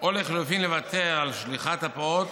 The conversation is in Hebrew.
או לחלופין לוותר על שליחת הפעוט